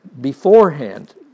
beforehand